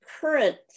current